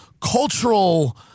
cultural